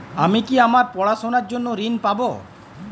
আমি কি আমার পড়াশোনার জন্য ঋণ পাব?